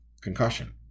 concussion